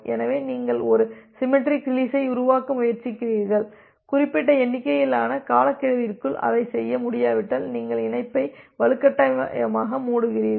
எனவே நீங்கள் ஒரு சிமெட்ரிக் ரீலிஸ்ஐ உருவாக்க முயற்சிப்பீர்கள் குறிப்பிட்ட எண்ணிக்கையிலான காலக்கெடுவிற்குள் அதைச் செய்ய முடியாவிட்டால் நீங்கள் இணைப்பை வலுக்கட்டாயமாக மூடுகிறீர்கள்